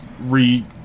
re